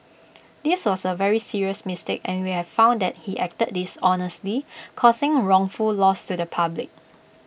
this was A serious mistake and we have found that he acted dishonestly causing wrongful loss to the public